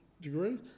degree